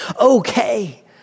okay